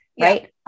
right